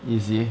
easy